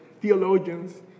theologians